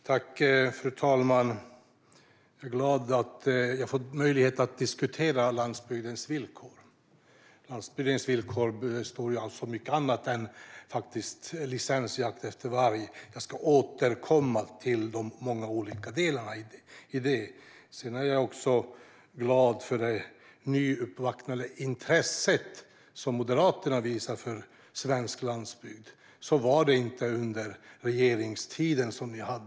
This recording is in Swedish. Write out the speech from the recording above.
Fru talman! Jag är glad att jag får möjlighet att diskutera landsbygdens villkor, vilket handlar om mycket mer än licensjakt efter varg. Jag ska återkomma till de många olika delarna i detta. Jag är också glad för det nyväckta intresse som Moderaterna visar för svensk landsbygd. Så var det inte under er regeringstid.